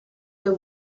the